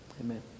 amen